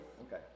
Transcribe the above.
Okay